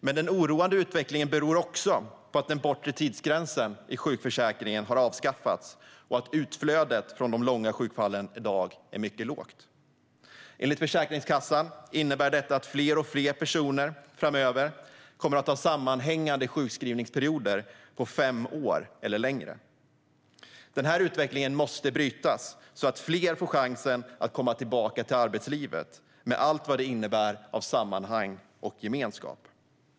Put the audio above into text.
Den oroande utvecklingen beror emellertid också på att den bortre tidsgränsen i sjukförsäkringen har avskaffats och att utflödet från de långa sjukfallen i dag är mycket lågt. Enligt Försäkringskassan innebär detta att fler och fler personer framöver kommer att ha sammanhängande sjukskrivningsperioder på fem år eller längre. Den här utvecklingen måste brytas så att fler får chansen att komma tillbaka till arbetslivet med allt vad det innebär av sammanhang och gemenskap.